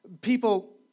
people